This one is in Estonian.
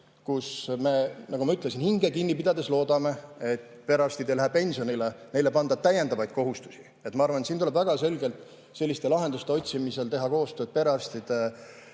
kus me, nagu ma ütlesin, hinge kinni pidades loodame, et perearstid ei lähe pensionile, et neile ei panda täiendavaid kohustusi. Ma arvan, et siin tuleb väga selgelt lahenduste otsimisel teha koostööd perearstide